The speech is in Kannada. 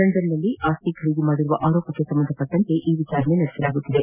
ಲಂಡನ್ ನಲ್ತಿ ಆಸ್ತಿ ಖರೀದಿಸಿರುವ ಆರೋಪಕ್ಕೆ ಸಂಬಂಧಿಸಿದಂತೆ ಈ ವಿಚಾರಣೆ ನಡೆಯುತ್ತಿದೆ